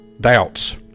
doubts